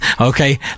okay